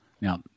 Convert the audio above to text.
Now